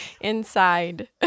inside